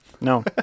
no